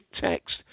text